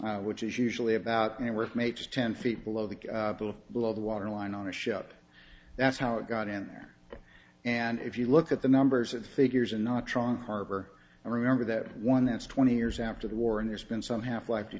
option which is usually about anywhere from eight to ten feet below the below the waterline on the ship that's how it got in there and if you look at the numbers and figures and not truong harbor and remember that one that's twenty years after the war and there's been some half